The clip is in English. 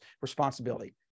responsibility